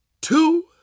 two